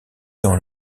dans